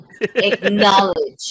acknowledge